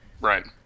Right